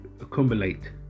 accumulate